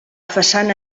façana